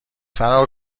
فرار